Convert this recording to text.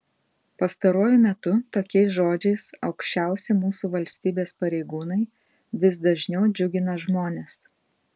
pastaruoju metu tokiais žodžiais aukščiausi mūsų valstybės pareigūnai vis dažniau džiugina žmones